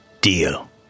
Deal